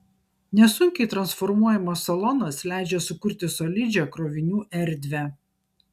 nesunkiai transformuojamas salonas leidžia sukurti solidžią krovinių erdvę